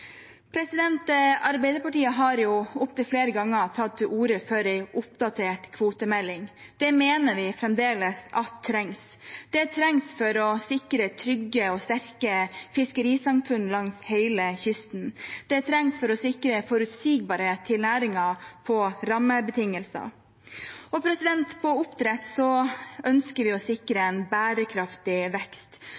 Arbeiderpartiet har jo opptil flere ganger tatt til orde for en oppdatert kvotemelding. Det mener vi fremdeles at trengs. Det trengs for å sikre trygge og sterke fiskerisamfunn langs hele kysten. Det trengs for å sikre forutsigbarhet til næringen med hensyn til rammebetingelser. Når det gjelder oppdrett, ønsker vi å sikre